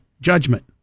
judgment